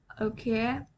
Okay